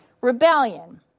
rebellion